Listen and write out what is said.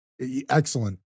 excellent